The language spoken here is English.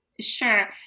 sure